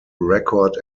record